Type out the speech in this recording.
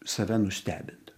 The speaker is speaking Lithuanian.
save nustebint